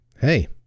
hey